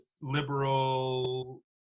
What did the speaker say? liberal